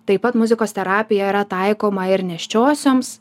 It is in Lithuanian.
taip pat muzikos terapija yra taikoma ir nėščiosioms